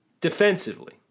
Defensively